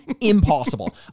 Impossible